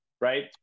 right